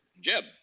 Jeb